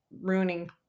ruining